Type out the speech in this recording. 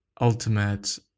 ultimate